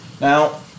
Now